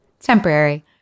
Temporary